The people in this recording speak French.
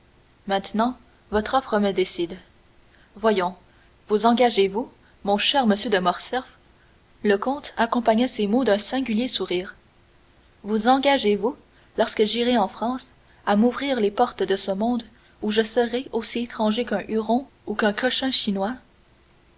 maintenant votre offre me décide voyons vous engagez-vous mon cher monsieur de morcerf le comte accompagna ces mots d'un singulier sourire vous engagez-vous lorsque j'irai en france à m'ouvrir les portes de ce monde où je serai aussi étranger qu'un huron ou qu'un